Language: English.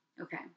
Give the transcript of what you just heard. Okay